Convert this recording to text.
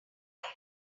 alive